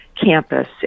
campus